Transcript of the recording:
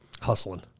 Hustling